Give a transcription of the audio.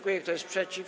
Kto jest przeciw?